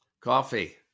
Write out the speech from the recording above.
Coffee